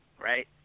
right